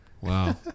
Wow